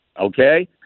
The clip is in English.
Okay